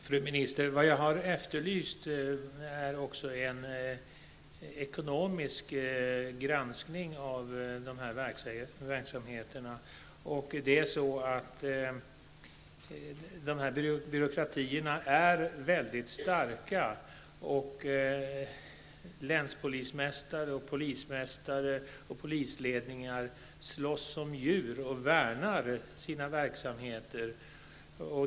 Herr talman! Vad jag också efterlyst, fru minister, var en ekonomisk granskning av verksamheterna. De här byråkratierna är ju väldigt starka. Länspolismästare, polismästare och polisledningar slåss som djur och värnar sina verksamheter.